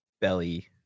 Belly